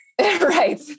Right